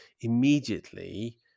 immediately